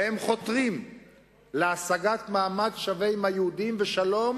והם חותרים להשגת מעמד שווה עם היהודים ושלום